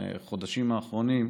בחודשים האחרונים,